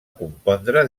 compondre